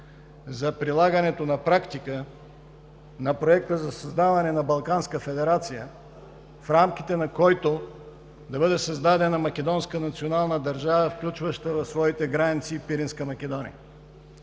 за прилагане на практика на проекта за създаване на Балканска федерация, в рамките на която да бъде създадена македонска национална държава, включваща в своите граници и Пиринска Македония.